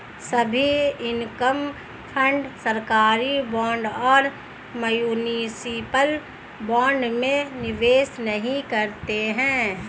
सभी income fund सरकारी bond और म्यूनिसिपल बॉन्ड में निवेश नहीं करते हैं